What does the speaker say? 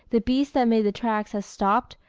the beast that made the tracks has stopped,